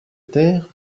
terres